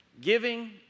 giving